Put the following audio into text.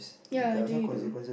ya you do you do